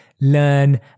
learn